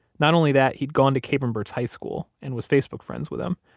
not only that, he'd gone to kabrahm burt's high school and was facebook friends with him,